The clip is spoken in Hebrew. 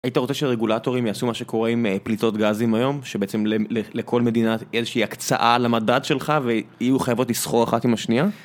היית רוצה שרגולטורים יעשו מה שקורה עם פליטות גזים היום? שבעצם לכל מדינת יש איזושהי הקצאה למדד שלך ויהיו חייבות לסחור אחת עם השנייה?